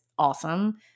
awesome